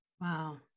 Wow